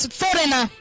foreigner